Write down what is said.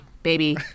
Baby